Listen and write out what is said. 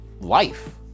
life